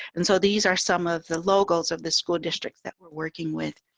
and so these are some of the logos of the school districts that were working with.